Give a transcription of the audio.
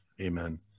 amen